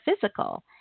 physical